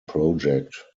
project